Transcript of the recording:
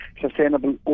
sustainable